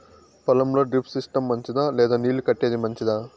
పొలం లో drip system మంచిదా లేదా నీళ్లు కట్టేది మంచిదా?